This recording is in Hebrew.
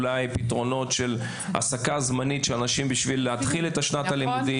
אולי פתרונות של העסקה זמנית של אנשים בשביל להתחיל את שנת הלימודים.